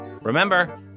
Remember